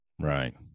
right